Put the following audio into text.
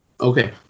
Okay